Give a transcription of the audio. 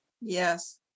Yes